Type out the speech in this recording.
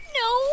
No